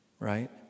Right